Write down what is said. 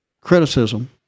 criticism